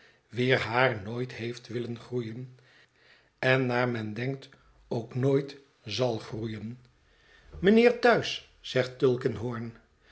wier haar nooit heeft willen groeien en naar men denkt ook nooit zal groeien mijnheer thuis zegt